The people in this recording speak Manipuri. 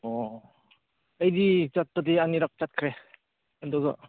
ꯑꯣ ꯑꯩꯗꯤ ꯆꯠꯄꯗꯤ ꯑꯅꯤꯔꯛ ꯆꯠꯈ꯭ꯔꯦ ꯑꯗꯨꯒ